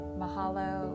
mahalo